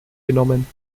genommen